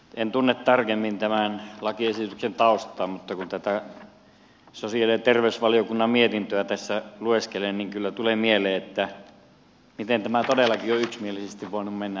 en tunne tarkemmin tämän lakiesityksen taustaa mutta kun tätä sosiaali ja terveysvaliokunnan mietintöä tässä lueskelen niin kyllä tulee mieleen että miten tämä todellakin on yksimielisesti voinut mennä läpi